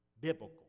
biblical